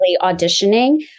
auditioning